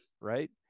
right